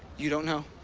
you don't know?